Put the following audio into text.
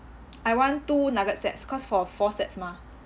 I want two nuggets sets cause for four sets mah